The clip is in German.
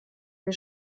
wir